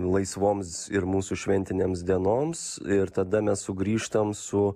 laisvoms ir mūsų šventinėms dienoms ir tada mes sugrįžtam su